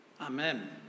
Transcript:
Amen